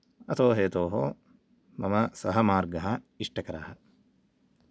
अतो हेतोः मम सः मार्गः इष्टकरः